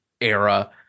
era